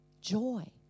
joy